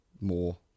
more